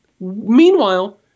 Meanwhile